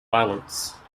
violence